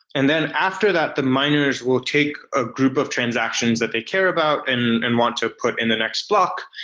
and then after that, the miners will take a group of transactions that they care about and and want to put in the next block,